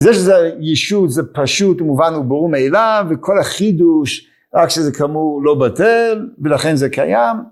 זה שזה יישות זה פשוט, מובן וברור מאליו, וכל החידוש רק שזה כאמור לא בטל, ולכן זה קיים.